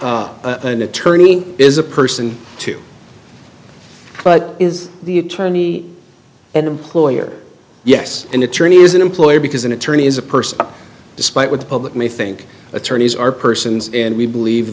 a an attorney is a person too but is the attorney and employer yes an attorney is an employee because an attorney is a person despite what the public may think attorneys are persons and we believe